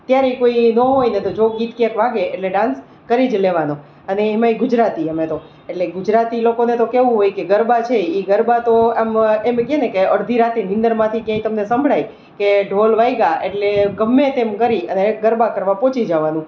ત્યારે કોઈ ન હોય જો ગીત ક્યાંક વાગે એટલે ડાંસ કરી જ લેવાનો અને એમાંય ગુજરાતી અમે તો એટલે ગુજરાતી લોકોને તો કેવું હોય કે ગરબા છે એ ગરબા તો આમ એમ કે ને કે અડધી રાતે નિંદરમાંથી કે તમને સંભળાય કે ઢોલ વાગ્યા એટલે ગમે તેમ કરી અને ગરબા કરવા પહોંચી જવાનું